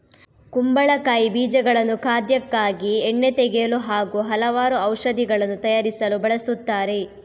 ಕುಂಬಳಕಾಯಿ ಬೀಜಗಳನ್ನು ಖಾದ್ಯಕ್ಕಾಗಿ, ಎಣ್ಣೆ ತೆಗೆಯಲು ಹಾಗೂ ಹಲವಾರು ಔಷಧಿಗಳನ್ನು ತಯಾರಿಸಲು ಬಳಸುತ್ತಾರೆ